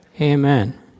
Amen